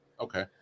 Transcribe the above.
Okay